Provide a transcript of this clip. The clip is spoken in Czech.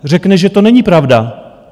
Řekne, že to není pravda.